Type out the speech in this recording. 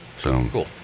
Cool